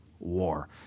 war